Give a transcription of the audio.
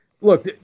look